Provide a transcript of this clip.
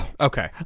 Okay